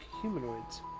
humanoids